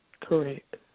Correct